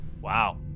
Wow